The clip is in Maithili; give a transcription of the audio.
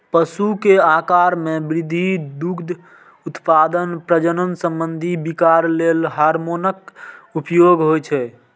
पशु के आाकार मे वृद्धि, दुग्ध उत्पादन, प्रजनन संबंधी विकार लेल हार्मोनक उपयोग होइ छै